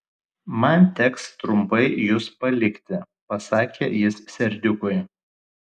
man teks trumpai jus palikti pasakė jis serdiukui